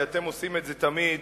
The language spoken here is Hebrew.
כי אתם עושים את זה תמיד,